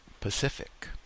pacific